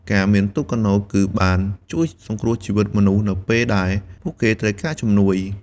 ការមានទូកកាណូត គឺបានជួយសង្គ្រោះជីវិតមនុស្សនៅពេលដែលពួកគេត្រូវការជំនួយ។